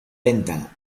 lenta